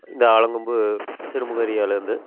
இந்த ஆலங்கொம்பு சிறுமுக ஏரியாலேருந்து